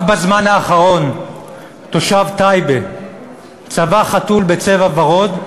רק בזמן האחרון תושב טייבה צבע חתול בצבע ורוד,